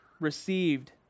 received